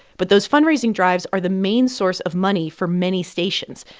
but those fundraising drives are the main source of money for many stations,